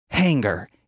Hanger